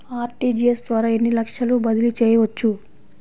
RTGS ద్వారా ఎన్ని లక్షలు బదిలీ చేయవచ్చు?